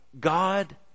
God